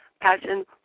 passion